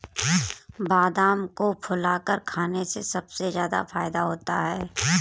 बादाम को फुलाकर खाने से सबसे ज्यादा फ़ायदा होता है